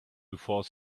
before